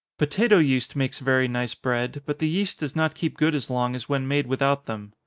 potato yeast makes very nice bread, but the yeast does not keep good as long as when made without them.